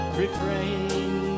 refrain